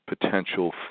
potential